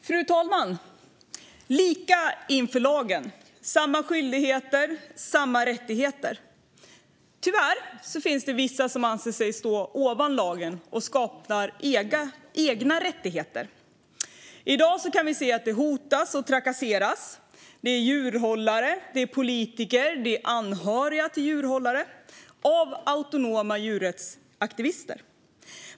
Fru talman! Lika inför lagen, samma skyldigheter och rättigheter - tyvärr finns det vissa som anser sig stå ovan lagen och skapar egna rättigheter. I dag kan vi se att djurhållare, politiker och anhöriga till djurhållare hotas och trakasseras av autonoma djurrättsaktivister.